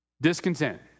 Discontent